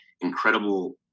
incredible